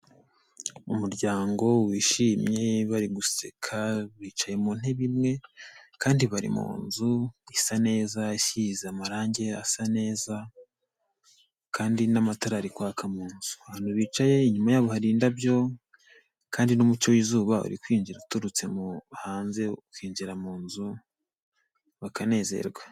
Umuryango wishimye bari guseka bicaye mu ntebe imwe kandi bari mu nzu isa neza isize amarangi asa neza kandi n'amatara ari kwaka mu nzu. Abantu bicaye inyuma yabo hari indabyo kandi n'umucyo w'izuba uri kwinjira uturutse hanze ukinjira mu nzu bakanezerwa.